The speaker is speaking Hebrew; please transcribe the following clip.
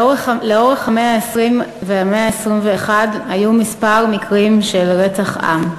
לאורך המאה ה-20 והמאה ה-21 היו כמה מקרים של רצח עם.